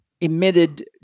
emitted